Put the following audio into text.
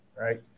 right